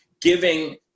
giving –